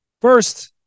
First